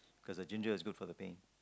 cause the ginger is good for the pain